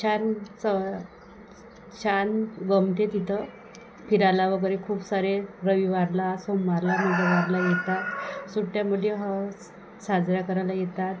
छान च छान गमते तिथं फिरायला वगैरे खूप सारे रविवारला सोमवारला मंगळवारला येतात सुट्ट्यामध्ये ह साजऱ्या करायला येतात